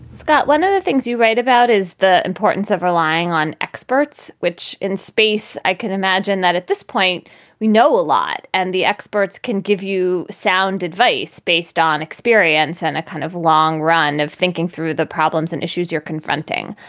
one of the things you write about is the importance of relying on experts, which in space i can imagine that at this point we know a lot and the experts can give you sound advice based on experience and a kind of long run of thinking through the problems and issues you're confronting.